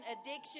addiction